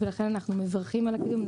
ולכן אנחנו מברכים על הקידום.